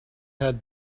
had